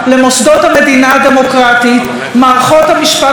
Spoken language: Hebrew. מערכות המשפט ואכיפת החוק והתקשורת החופשית.